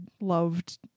loved